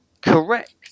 Correct